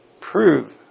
prove